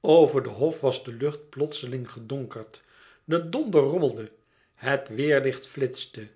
over den hof was de lucht plotseling gedonkerd de donder rommelde het weêrlicht flitste